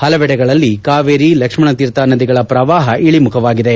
ಪಲವೆಡೆಗಳಲ್ಲಿ ಕಾವೇರಿ ಲಕ್ಷ್ಮಣತೀರ್ಥ ನದಿಗಳ ಪ್ರವಾಪ ಇಳಿಮುಖವಾಗಿದೆ